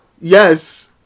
Yes